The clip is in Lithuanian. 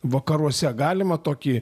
vakaruose galima tokį